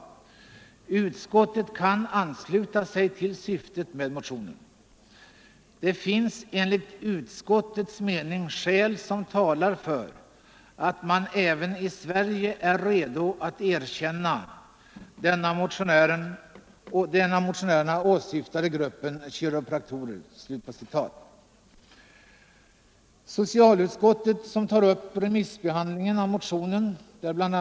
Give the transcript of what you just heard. Utskottet kan ansluta sig till syftet med motionen. Det finns enligt utskottets mening skäl som talar för att man även i Sverige ger ökat erkännande åt den av motionärerna åsyftade gruppen kiropraktorer.” Socialutskottet redovisar remissbehandlingen av motionen. Bl.